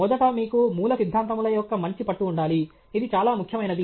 మొదట మీకు మూలసిద్ధాంతముల యొక్క మంచి పట్టు ఉండాలి ఇది చాలా ముఖ్యమైనది